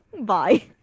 Bye